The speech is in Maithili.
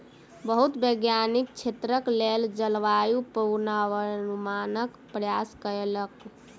बहुत वैज्ञानिक क्षेत्रक लेल जलवायु पूर्वानुमानक प्रयास कयलक